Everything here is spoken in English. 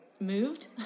moved